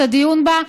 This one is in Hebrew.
את הדיון בה.